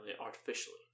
artificially